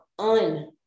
un